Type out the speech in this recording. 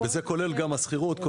וזה כולל גם השירות,